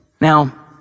Now